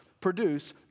produce